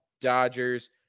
Dodgers